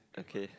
okay